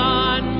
on